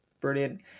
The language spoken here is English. brilliant